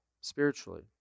spiritually